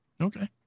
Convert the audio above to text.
Okay